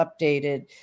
updated